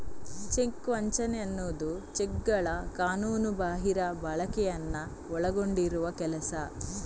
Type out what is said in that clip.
check ವಂಚನೆ ಅನ್ನುದು ಚೆಕ್ಗಳ ಕಾನೂನುಬಾಹಿರ ಬಳಕೆಯನ್ನ ಒಳಗೊಂಡಿರುವ ಕೆಲಸ